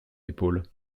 épaule